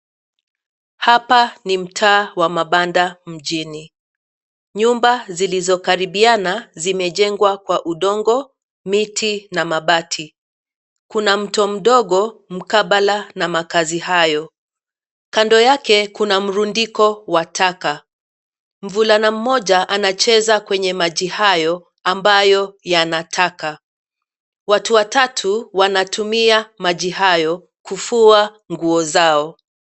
Hapa ni mtaa wa mabanda mjini. Nyumba zilizokaribiana zimejengwa kwa udongo , miti na mabati . Kuna mto mdogo mkabala na makaazi hayo. Kando yake kuna mrundiko wa taka. Mvulana mmoja anacheza kwenye maji hayo ambayo yana taka. Watu watatu wanatumia maji hayo kufua nguo zao.